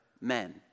men